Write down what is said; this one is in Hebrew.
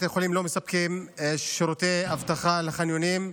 בתי חולים לא מספקים שירותי אבטחה בחניונים,